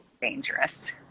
Dangerous